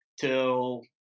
till